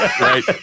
Right